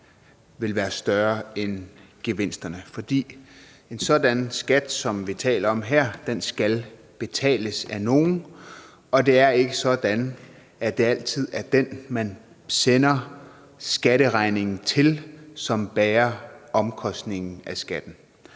vil være større end gevinsterne, fordi en sådan skat, som vi taler om her, skal betales af nogen, men det er ikke sådan, at det altid er den, man sender skatteregningen til, som bærer omkostningen af skatten